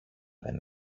δεν